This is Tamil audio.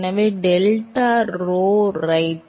எனவே டெல்டா P ரோ ரைட்